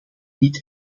niet